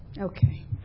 Okay